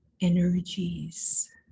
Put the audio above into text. energies